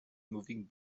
moving